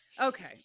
okay